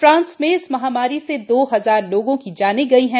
France में इस महामारी से दो हजार लोगों की जानें गई हैं